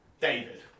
David